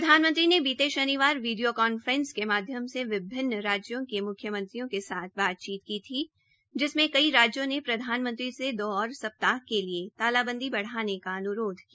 प्रधानमंत्री ने बीते शनिवार वीडियो कांफ्रेस के माध्यम से विभिन्न राज्यों के म्ख्यमंत्रियों के साथ बातचीत की थी जिनमे कई राज्यों ने प्रधानमंत्री से दो और सप्ताह के लिए तालाबंदी बढ़ाने का अन्रोध किया